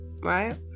right